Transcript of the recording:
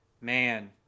Man